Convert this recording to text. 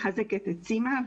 מחזקת את סימה.